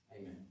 Amen